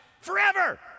forever